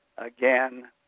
again